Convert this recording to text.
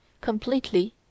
completely